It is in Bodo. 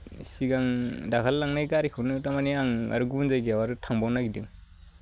सिगां दाखालै लांनाय गारिखौनो दा माने आं आरो गुबुन जाइगायाव आरो थांबावनो नागिरदों